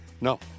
No